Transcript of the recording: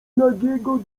nagiego